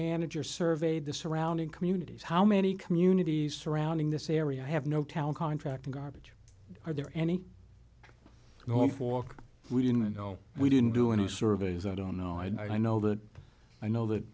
manager surveyed the surrounding communities how many communities surrounding this area have no town contracting garbage are there any no fork we didn't and no we didn't do any surveys i don't know i know that i know that